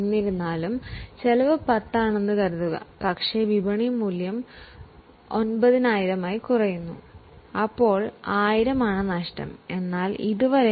എന്നിരുന്നാലും ചെലവ് 10000 ആണെന്ന് കരുതുക പക്ഷേ മാർക്കറ്റ് വാല്യൂ 9000 ആയി കുറയുന്നു അപ്പോൾ 1000 നഷ്ടപ്പെടാൻ സാധ്യതയുണ്ട്